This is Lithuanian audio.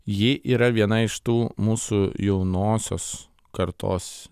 ji yra viena iš tų mūsų jaunosios kartos